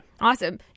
Awesome